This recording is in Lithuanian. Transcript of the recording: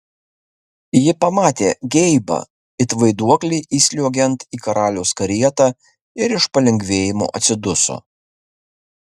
ji pamatė geibą it vaiduoklį įsliuogiant į karaliaus karietą ir iš palengvėjimo atsiduso